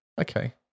Okay